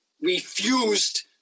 refused